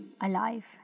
alive